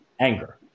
anger